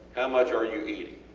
how much are you eating?